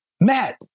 matt